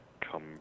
come